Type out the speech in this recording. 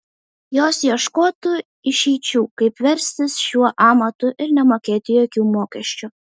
jos ieškotų išeičių kaip verstis šiuo amatu ir nemokėti jokių mokesčių